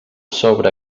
sobre